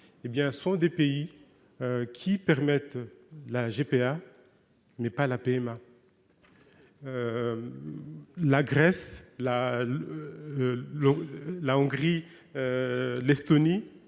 par exemple, permettent la GPA, mais pas la PMA. La Grèce, la Hongrie, l'Estonie